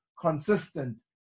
consistent